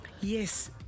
Yes